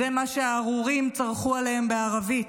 זה מה שהארורים צרחו עליהן בערבית.